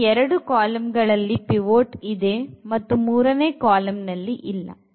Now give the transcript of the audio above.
ಇಲ್ಲಿ ಎರಡು ಕಾಲಂಗಳಲ್ಲಿ ಪಿವೋಟ್ ಇದೇ ಮತ್ತು ಮೂರನೇ ಕಾಲಂನಲ್ಲಿ ಇಲ್ಲ